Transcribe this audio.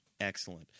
Excellent